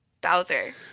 Bowser